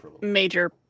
major